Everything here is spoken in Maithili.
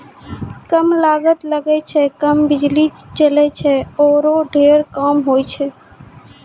कम लागत लगै छै, कम बिजली जलै छै आरो ढेर काम होय छै